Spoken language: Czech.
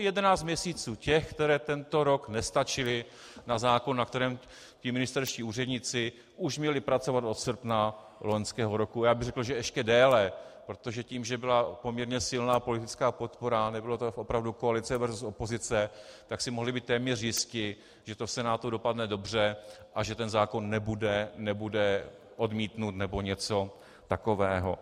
Jedenáct měsíců těch, které tento rok nestačily na zákon, na kterém ministerští úředníci už měli pracovat od srpna loňského roku, a já bych řekl, že ještě déle, protože tím, že byla poměrně silná politická podpora, nebylo to opravdu koalice versus opozice, tak si mohli být téměř jisti, že to v Senátu dopadne dobře a že zákon nebude odmítnut nebo něco takového.